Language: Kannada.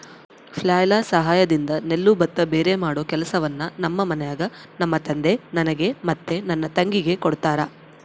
ಫ್ಲ್ಯಾಯ್ಲ್ ಸಹಾಯದಿಂದ ನೆಲ್ಲು ಭತ್ತ ಭೇರೆಮಾಡೊ ಕೆಲಸವನ್ನ ನಮ್ಮ ಮನೆಗ ನಮ್ಮ ತಂದೆ ನನಗೆ ಮತ್ತೆ ನನ್ನ ತಂಗಿಗೆ ಕೊಡ್ತಾರಾ